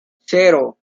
cero